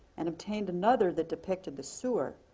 and obtained another that depicted the sewer,